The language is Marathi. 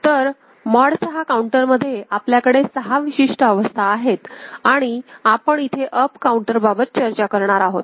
तर मॉड 6 काउंटरमध्ये आपल्याकडे सहा विशिष्ट अवस्था आहेत आणि आपण इथे अप् काऊंटर बाबत चर्चा करणार आहोत